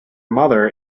mother